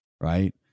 right